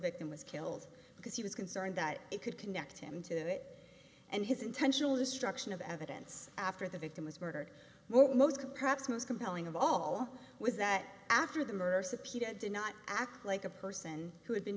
victim was killed because he was concerned that it could connect him to it and his intentional destruction of evidence after the victim was murdered most could perhaps most compelling of all was that after the murder subpoenaed did not act like a person who had been